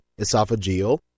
esophageal